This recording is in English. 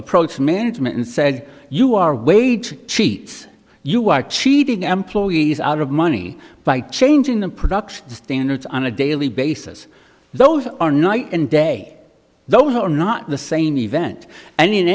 approached management and said you are wage cheat you are cheating employees out of money by changing the production standards on a daily basis those are night and day those are not the same